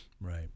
right